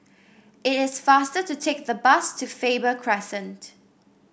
it is faster to take the bus to Faber Crescent